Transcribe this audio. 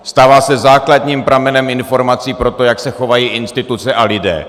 Stává se základním pramenem informací pro to, jak se chovají instituce a lidé.